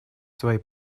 свои